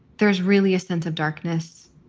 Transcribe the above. there's really a sense of darkness.